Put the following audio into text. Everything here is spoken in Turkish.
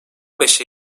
beşe